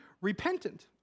repentant